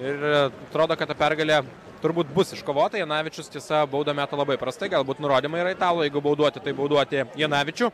ir atrodo kad ta pergalė turbūt bus iškovota jonavičius tiesa baudą meta labai prastai gal būt nurodymai yra italui jeigu bauduoti tai bauduoti janavičių